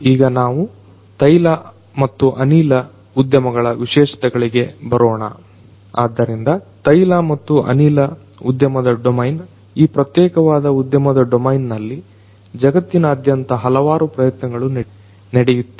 ಈಗ ನಾವು ತೈಲ ಮತ್ತು ಅನಿಲ ಉದ್ಯಮಗಳ ವಿಶೇಷತೆಗಳಿಗೆ ಬರೋಣ ಆದ್ದರಿಂದ ತೈಲ ಮತ್ತು ಅನಿಲ ಉದ್ಯಮದ ಡೊಮೇನ್ ಈ ಪ್ರತ್ಯೇಕವಾದ ಉದ್ಯಮದ ಡೊಮೇನ್ನಲ್ಲಿ ಜಗತ್ತಿನಾದ್ಯಂತ ಹಲವಾರು ಪ್ರಯತ್ನಗಳು ನಡೆಯುತ್ತಿವೆ